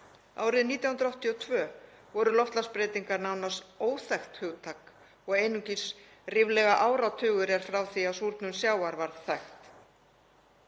Árið 1982 voru loftslagsbreytingar nánast óþekkt hugtak og einungis ríflega áratugur er frá því að súrnun sjávar varð þekkt.